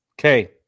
Okay